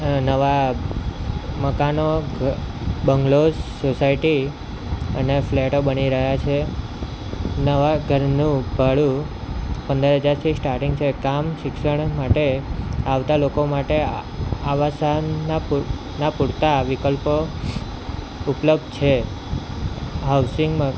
નવાં મકાનો bungalows society અને ફ્લેટો બની રહ્યા છે નવા ઘરનું ભાડું પંદર હજારથી સ્ટાટિંગ છે કામ શિક્ષણ માટે આવતા લોકો માટે આવાસના પૂ ના પૂરતા વિકલ્પો ઉપલબ્ધ છે હાઉસિંગમાં